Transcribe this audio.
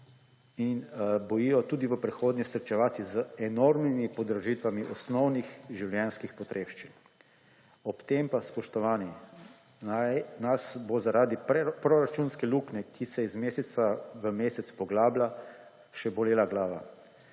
bojijo tudi v prihodnje srečevati z enormnimi podražitvami osnovnih življenjskih potrebščin, ob tem pa, spoštovani, nas bo zaradi proračunske luknje, ki se iz meseca v mesec poglablja, še bolela glava.